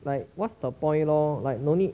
like what's the point lor like no need